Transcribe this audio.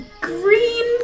green